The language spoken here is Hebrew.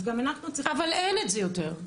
גם אנחנו צריכים --- אבל אין את זה יותר.